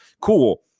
cool